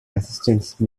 assistance